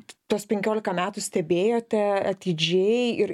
tuos penkiolika metų stebėjote atidžiai ir